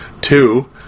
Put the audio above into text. Two